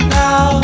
now